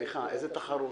סליחה, איזו תחרות?